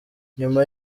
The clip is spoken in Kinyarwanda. nyuma